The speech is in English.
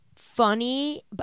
Funny